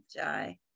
Jai